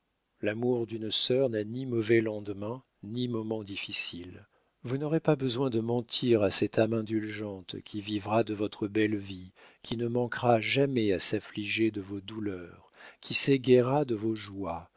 l'amour d'une sœur n'a ni mauvais lendemain ni moments difficiles vous n'aurez pas besoin de mentir à cette âme indulgente qui vivra de votre belle vie qui ne manquera jamais à s'affliger de vos douleurs qui s'égaiera de vos joies